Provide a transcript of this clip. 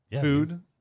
food